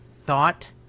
thought